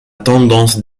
tendance